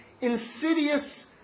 insidious